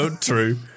True